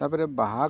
ᱛᱟᱯᱚᱨᱮ ᱵᱟᱦᱟ